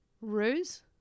ruse